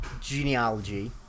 genealogy